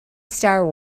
star